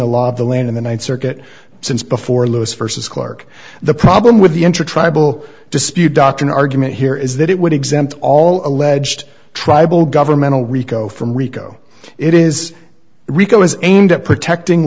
the land in the th circuit since before lewis versus clark the problem with the intertribal dispute doctrine argument here is that it would exempt all alleged tribal governmental rico from rico it is rico is aimed at protecting